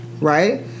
Right